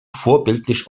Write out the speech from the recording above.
vorbildlich